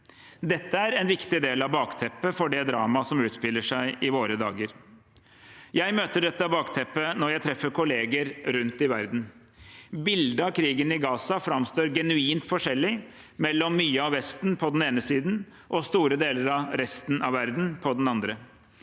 Dette er en viktig del av bakteppet for det dramaet som utspiller seg i våre dager. Jeg møter dette bakteppet når jeg treffer kolleger rundt i verden. Bildet av krigen i Gaza framstår genuint forskjellig mellom mye av Vesten på den ene siden og store deler av resten av verden på den andre.